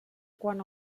quan